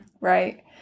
Right